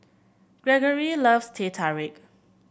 Greggory loves Teh Tarik